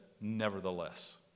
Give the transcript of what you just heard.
nevertheless